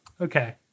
okay